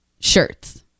shirts